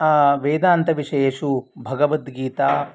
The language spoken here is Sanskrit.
वेदान्तविषयेषु भगवद्गीता